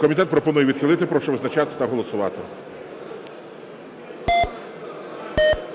Комітет пропонує відхилити. Прошу визначатися та голосувати.